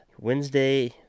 Wednesday